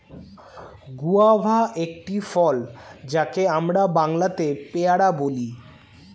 guava একটি ফল যাকে আমরা বাংলাতে পেয়ারা বলি